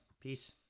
peace